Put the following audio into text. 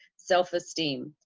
self esteem,